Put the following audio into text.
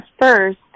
first